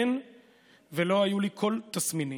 אין ולא היו לי כל תסמינים.